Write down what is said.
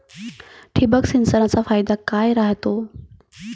ठिबक सिंचनचा फायदा काय राह्यतो?